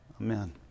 Amen